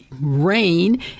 rain